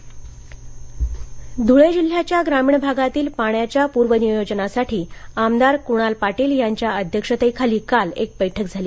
ध्रळे पाणी टंचाई ध्रळे जिल्ह्याच्या ग्रामीण भागातील पाण्याच्या पूर्व नियोजनासाठी आमदार कुणाल पाटील यांच्या अध्यक्षतेखाली काल एक बैठक झाली